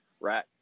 right